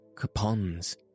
capons